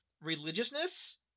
religiousness